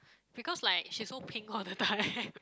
because like she's so pink all the time